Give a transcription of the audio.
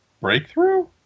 breakthrough